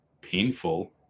painful